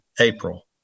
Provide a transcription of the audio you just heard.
April